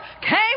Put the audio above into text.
came